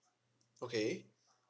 okay